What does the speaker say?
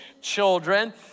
children